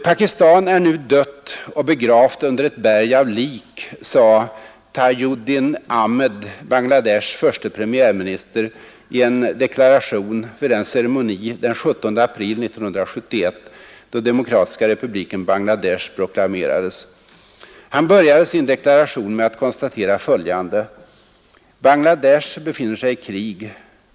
”Pakistan är nu dött och begravt under ett berg av lik”, sade Tajuddin Ahmed, Bangla Deshs förste premiärminister, i en deklaration vid den ceremoni den 17 april 1971 då Demokratiska republiken Bangla Desh proklamerades. Han började sin deklaration med att konstatera följande: ”Bangla Desh befinner sig i krig.